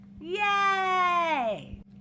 yay